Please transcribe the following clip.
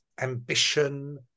ambition